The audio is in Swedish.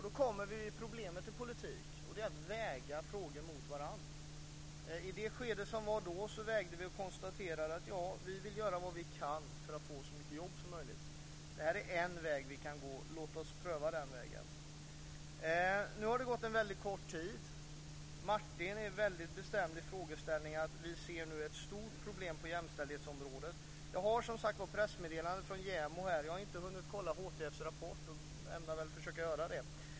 Då kommer vi till problemet i politik, och det är att väga frågor mot varandra. I det här skedet gjorde vi det och konstaterade: Vi vill göra vad vi kan för att få så mycket jobb som möjligt. Det här är en väg vi kan gå; låt oss pröva den vägen. Nu har det gått väldigt kort tid. Martin är väldigt bestämd i uppfattningen att vi nu ser ett stort problem på jämställdhetsområdet. Jag har som sagt ett pressmeddelande från JämO här. Jag har inte hunnit kolla HTF:s rapport men ämnar försöka göra det.